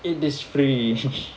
it is free